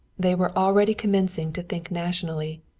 they were already commencing to think nationally.